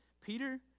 Peter